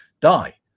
die